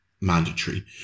mandatory